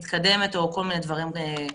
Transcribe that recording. מתקדמת או כל מיני דברים כאלה.